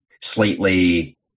slightly